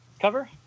cover